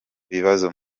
ibibazo